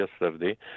yesterday